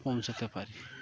পৌঁছাতে পারি